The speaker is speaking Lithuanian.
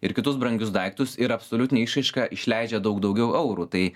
ir kitus brangius daiktus ir absoliutine išraiška išleidžia daug daugiau eurų tai